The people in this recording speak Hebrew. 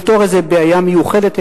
לפתור איזה בעיה מיוחדת,